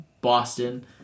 Boston